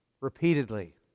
repeatedly